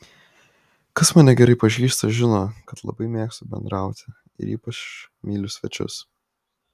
kas mane gerai pažįsta žino kad labai mėgstu bendrauti ir ypač myliu svečius